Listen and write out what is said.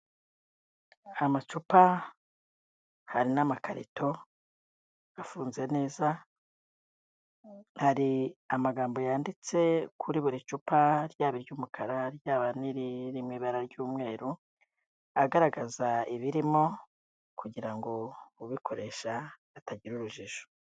Hari amacupa hari n'amakarito afunze neza, hari amagambo yanditse kuri buri cupa ryaba iry'umukara ryaba n'iriri mu ibara ry'umweru, agaragaza ibirimo kugira ngo ubikoresha atagira urujijo.